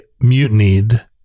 mutinied